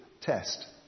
test